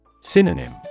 Synonym